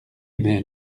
mais